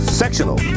sectional